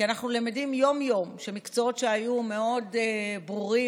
כי אנחנו למדים יום-יום שמקצועות שהיו מאוד ברורים